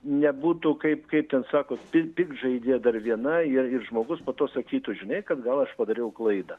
nebūtų kaip kaip ten sako pikt pikžaizdė dar viena ir ir žmogus po to sakytų žinai kad gal aš padariau klaidą